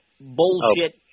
bullshit –